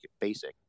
basic